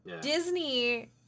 Disney